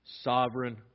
sovereign